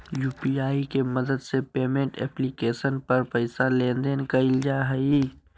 UPI के मदद से पेमेंट एप्लीकेशन पर पैसा लेन देन कइल जा हइ